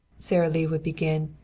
sara lee would begin,